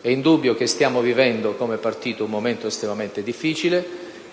È indubbio che stiamo vivendo come partito un momento estremamente difficile.